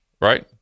right